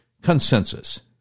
consensus